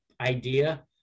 idea